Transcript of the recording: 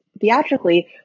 theatrically